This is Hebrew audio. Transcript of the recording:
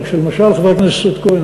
חבר הכנסת כהן,